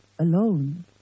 Alone